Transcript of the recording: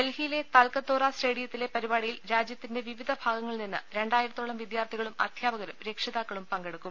ഡൽഹിയിലെ താൽക്കത്തോറ സ്റ്റേഡിയത്തിലെ പരിപാടിയിൽ രാജ്യത്തിന്റെ വിവിധ ഭാഗങ്ങളിൽ നിന്ന് രണ്ടായിരത്തോളം വിദ്യാർഥികളും അധ്യാപകരും രക്ഷിതാക്കളും പങ്കെടുക്കും